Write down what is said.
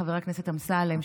חבר הכנסת אמסלם,